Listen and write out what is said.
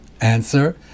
answer